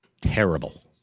terrible